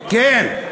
כן.